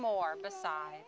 more besides